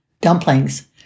dumplings